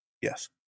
Yes